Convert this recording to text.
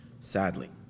sadly